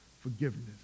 forgiveness